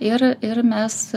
ir ir mes